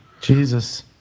Jesus